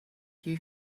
you